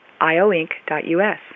ioinc.us